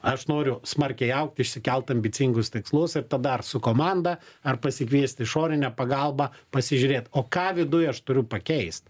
aš noriu smarkiai augt išsikelt ambicingus tikslus ir dar su komanda ar pasikviest išorinę pagalbą pasižiūrėt o ką viduj aš turiu pakeist